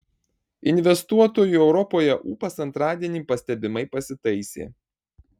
investuotojų europoje ūpas antradienį pastebimai pasitaisė